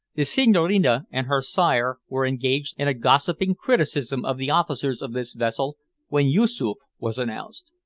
the senhorina and her sire were engaged in a gossiping criticism of the officers of this vessel when yoosoof was announced.